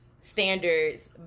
standards